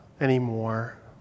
anymore